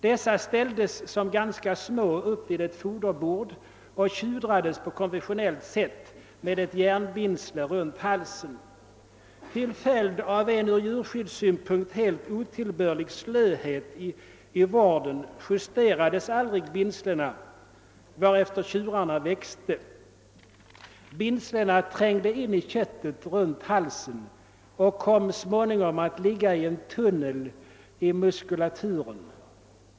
Dessa ställdes som ganska små upp vid ett foderbord och tjudrades på konventionellt sätt med ett järnbindsle runt halsen. Till följd av en ur djurskyddssynpunkt helt otillbörlig slöhet i vården justerades aldrig bindslena vartefter tjurarna växte. Bindslena trängde in i köttet runt halsen och kom småningom att ligga i en tunnel i muskulaturen.